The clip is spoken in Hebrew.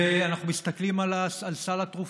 אנחנו מסתכלים על סל התרופות.